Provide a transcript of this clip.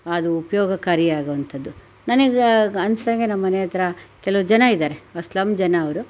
ಅದು ಉಪಯೋಗಕಾರಿ ಆಗೋವಂಥದ್ದು ನನಗ್ ಅನ್ನಿಸ್ದಂಗೆ ನಮ್ಮ ಮನೆ ಹತ್ರ ಕೆಲವು ಜನ ಇದ್ದಾರೆ ಸ್ಲಮ್ ಜನ ಅವರು